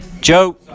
Joe